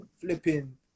flipping